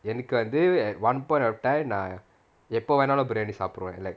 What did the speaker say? எனக்குஅது:enaku athu at one point of time err எப்ப வேணுனாலும்:eppa venunaalum biryani சாப்பிடுவேன்:saapiduvaen like